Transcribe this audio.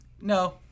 No